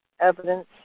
evidence